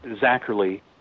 Zachary